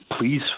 please